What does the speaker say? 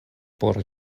por